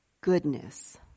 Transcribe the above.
goodness